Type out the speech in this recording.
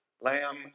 lamb